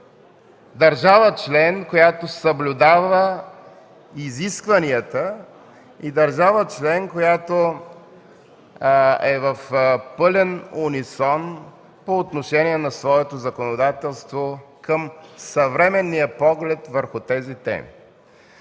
държава член, която съблюдава изискванията, и държава член, която е в пълен унисон по отношение на своето законодателство към съвременния поглед върху тези теми.